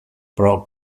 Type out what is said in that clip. pro